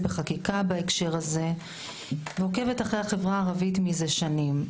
בחקיקה בהקשר הזה ועוקבת אחרי החברה הערבית מזה שנים.